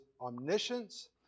omniscience